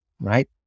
right